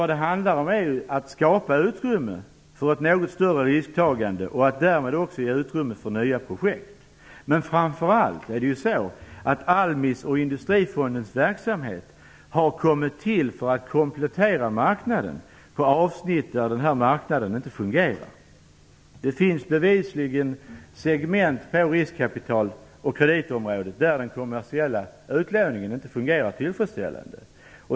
Det handlar ju om att skapa utrymme för ett något större risktagande och att därmed också ge utrymme för nya projekt. ALMI:s och Industrifondens verksamhet har framför allt kommit till för att komplettera marknaden på avsnitt där den här marknaden inte fungerar. Det finns bevisligen segment på riskkapital och kreditområdet där den kommersiella utlåningen inte fungerar tillfredsställande.